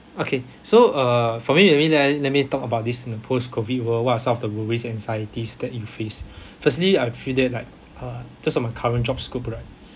okay so uh for me let me let me talk about this in a post COVID world what are some of the worries anxieties that you face firstly I feel that like uh just on my current job scope right